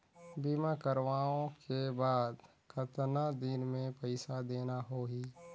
बीमा करवाओ के बाद कतना दिन मे पइसा देना हो ही?